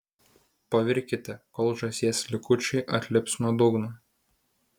pavirkite kol žąsies likučiai atlips nuo dugno